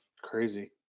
crazy